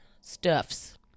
stuffs